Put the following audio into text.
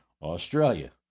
Australia